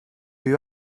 you